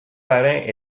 parrain